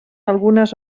algunes